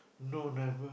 no them